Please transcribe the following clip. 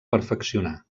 perfeccionar